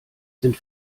sind